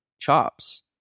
chops